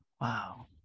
Wow